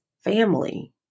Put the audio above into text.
family